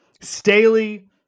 Staley